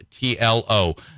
TLO